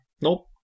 Nope